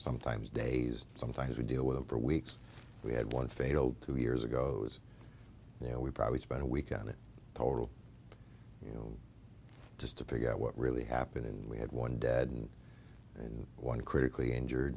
sometimes days sometimes we deal with for weeks we had one failed two years ago it was you know we probably spent a weekend in total you know just to figure out what really happened and we had one dead and one critically injured